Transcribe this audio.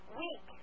week